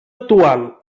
actual